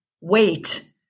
wait